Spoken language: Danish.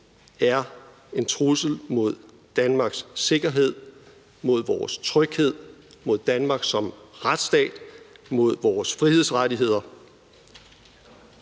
er en trussel mod Danmarks sikkerhed, vores tryghed, Danmark som retsstat og vores frihedsrettigheder.